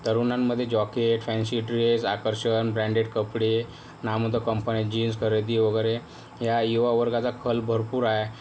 तरूणांमध्ये jacket fancy dress आकर्षण branded कपडे नामवंत कंपन्या जीन्स खरेदी वगैरे या युवा वर्गाचा कल भरपूर आहे